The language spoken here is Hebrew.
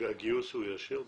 הגיוס הוא ישיר?